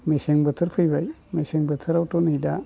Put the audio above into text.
मेसें बोथोर फैबाय मेसें बोथोरावथ' नै दा